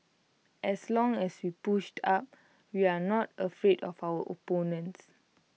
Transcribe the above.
as long as we push up we are not afraid of our opponents